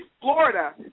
Florida